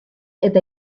eta